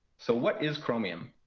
so what is chromium?